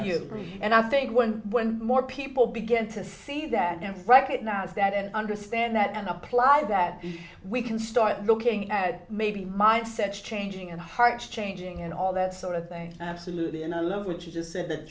you and i think when when more people begin to see that and recognize that and understand that and apply that we can start looking at maybe mindsets changing and hearts changing and all that sort of thing absolutely and i love which is just said that